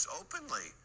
openly